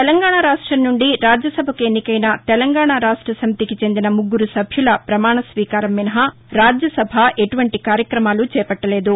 తెలంగాణా రాష్టం నుండి రాజ్యసభకు ఎన్నికైన తెలంగాణా రాష్ట సమితికి చెందిన ముగ్గురు సభ్యుల ప్రమాణ స్వీకారం మినహా రాజ్యసభ ఎటువంటి కార్యక్రమాలు చేపట్టలేదు